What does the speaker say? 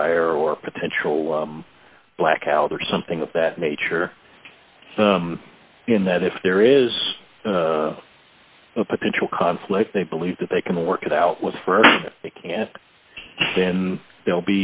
wildfire or potential blackout or something of that nature in that if there is a potential conflict they believe that they can work it out with for they can then they'll